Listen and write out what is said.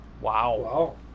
Wow